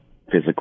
physical